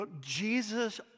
Jesus